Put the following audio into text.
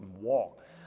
walk